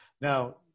Now